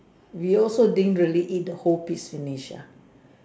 we also doing the real eat the whole piece a Asia